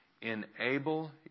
enable